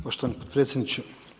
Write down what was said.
Poštovani potpredsjedniče.